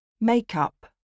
Make-up